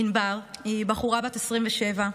ענבר היא בחורה בת 27,